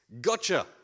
gotcha